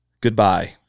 Goodbye